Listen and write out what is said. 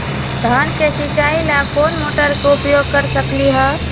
धान के सिचाई ला कोंन मोटर के उपयोग कर सकली ह?